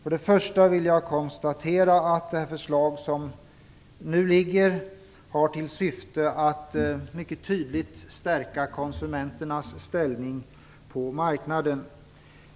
Allra först vill jag konstatera att det förslag som nu ligger har till syfte att mycket tydligt stärka konsumenternas ställning på marknaden.